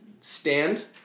Stand